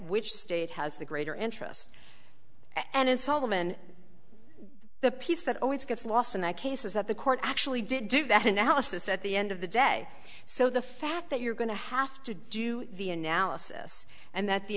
which state has the greater interest and install them and the piece that always gets lost in that case is that the court actually did do that analysis at the end of the day so the fact that you're going to have to do the analysis and that